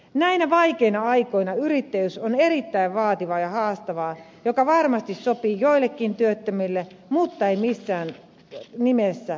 näinä vaikeina aikoina yrittäjyys on erittäin vaativaa ja haastavaa mikä varmasti sopii joillekin työttömille mutta ei missään nimessä kaikille